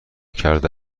کرده